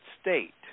state